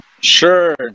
Sure